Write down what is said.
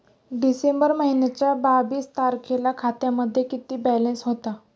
डिसेंबर महिन्याच्या बावीस तारखेला खात्यामध्ये किती बॅलन्स होता?